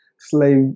slave